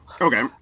okay